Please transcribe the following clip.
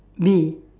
B